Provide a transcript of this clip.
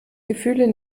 gefühle